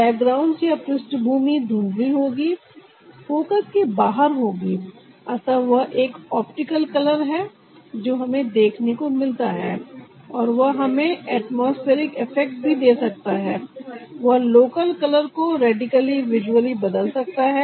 backgrounds या पृष्ठभूमि धुंधली होगी फोकस के बाहर होगी अतः वह एक ऑप्टिकल कलर है जो हमें देखने को मिलता है और वह हमें एटमॉस्फेरिक इफेक्ट भी दे सकता है वह लोकल कलर को रेडिकली विजुअली बदल सकता है